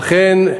אכן,